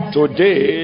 today